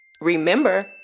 Remember